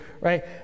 right